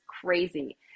crazy